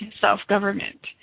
self-government